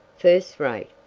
first rate,